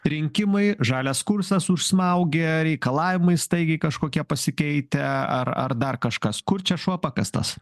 rinkimai žalias kursas užsmaugė reikalavimai staigiai kažkokie pasikeitę ar ar dar kažkas kur čia šuo pakastas